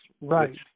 Right